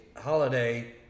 holiday